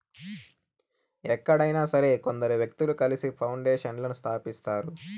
ఎక్కడైనా సరే కొందరు వ్యక్తులు కలిసి పౌండేషన్లను స్థాపిస్తారు